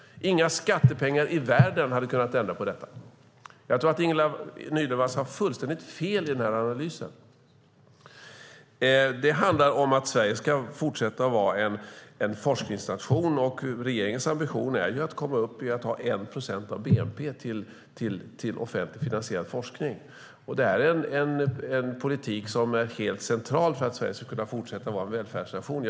Inga skattepengar i världen hade kunnat ändra på detta. Jag tror att Ingela Nylund Watz har fullständigt fel i sin analys. Det handlar om att Sverige ska fortsätta att vara en forskningsnation. Regeringens ambition är att 1 procent av bnp ska användas till offentligt finansierad forskning. Det är en politik som är helt central för att Sverige ska kunna fortsätta att vara en välfärdsnation.